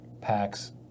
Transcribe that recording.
packs